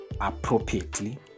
appropriately